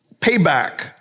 Payback